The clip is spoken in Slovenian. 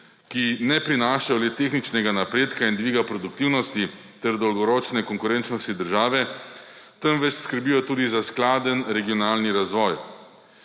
ki ne prinašajo le tehničnega napredka in dviga produktivnosti ter dolgoročne konkurenčnosti države, temveč skrbijo tudi za skladen regionalni razvoj.